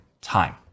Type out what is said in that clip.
time